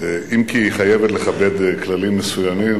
אם כי היא חייבת לכבד כללים מסוימים.